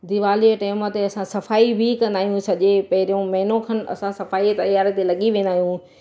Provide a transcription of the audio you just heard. दिवाली ए टेम ते असां सफ़ाई बि कंदा आहियूं सॼे पहिरियों महिनो खनि असां सफ़ाईअ तयारीअ ते लॻी वेंदा आहियूं